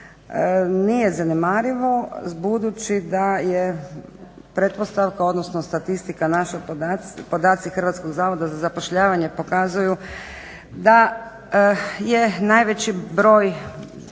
Nije zanemarivo budući da je pretpostavka odnosno statistika naša, podaci HZZ-a pokazuju da je najveći broj